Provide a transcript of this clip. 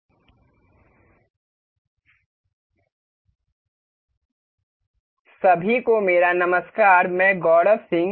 assembly drawing सभी को मेरा नमस्कार मैं गौरव सिंह